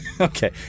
Okay